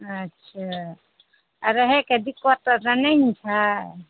अच्छा आओर रहैके दिक्कत तऽ ओतए नहि ने छै